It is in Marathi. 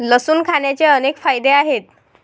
लसूण खाण्याचे अनेक फायदे आहेत